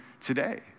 today